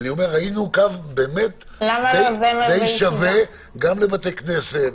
ראינו קו די שווה גם לבתי כנסת,